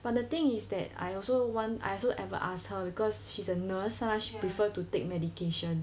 but the thing is that I also want I also ever ask her because she's a nurse sometimes she prefer to take medication